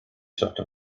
sortio